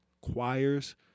choirs